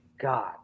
God